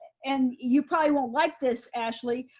and you probably won't like this ashley,